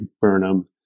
Burnham